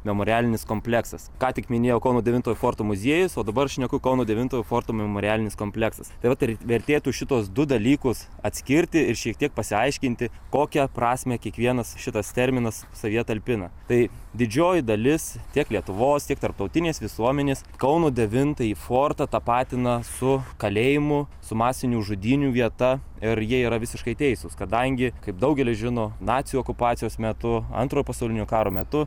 memorialinis kompleksas ką tik minėjo kauno devintojo forto muziejus o dabar šneku kauno devintojo forto memorialinis kompleksas tai vat ir vertėtų šituos du dalykus atskirti ir šiek tiek pasiaiškinti kokią prasmę kiekvienas šitas terminas savyje talpina tai didžioji dalis tiek lietuvos tiek tarptautinės visuomenės kauno devintąjį fortą tapatina su kalėjimu su masinių žudynių vieta ir jie yra visiškai teisūs kadangi kaip daugelis žino nacių okupacijos metu antrojo pasaulinio karo metu